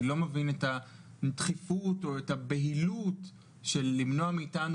אני לא מבין את הדחיפות או את הבהילות למנוע מאתנו